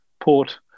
port